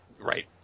right